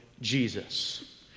Jesus